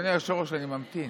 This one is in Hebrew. אדוני היושב-ראש, אני ממתין.